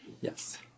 Yes